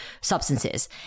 substances